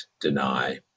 deny